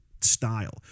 style